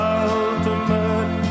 ultimate